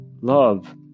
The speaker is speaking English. love